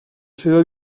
seva